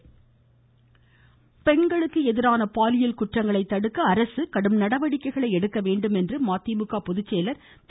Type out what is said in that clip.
ருருந்த வைகோ பெண்களுக்கு எதிரான பாலியல் குற்றங்களை தடுக்க அரசு கடுமையான நடவடிக்கைகளை எடுக்க வேண்டுமென்று மதிமுக பொதுச்செயலர் திரு